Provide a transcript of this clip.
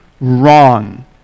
wrong